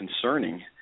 concerning